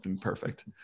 perfect